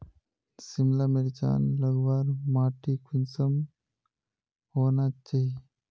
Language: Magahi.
सिमला मिर्चान लगवार माटी कुंसम होना चही?